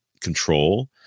control